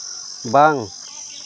ᱵᱟᱝ